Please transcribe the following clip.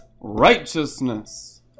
righteousness